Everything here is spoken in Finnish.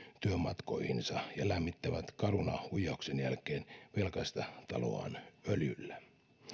työmatkoihinsa ja lämmittävät caruna huijauksen jälkeen velkaista taloaan öljyllä